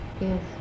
Yes